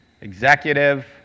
Executive